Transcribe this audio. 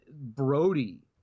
brody